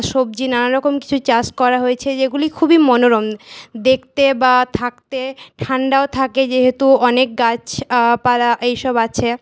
সবজি নানা রকম কিছু চাষ করা হয়েছে যেগুলি খুবই মনোরম দেখতে বা থাকতে ঠাণ্ডাও থাকে যেহেতু অনেক গাছ পালা এইসব আছে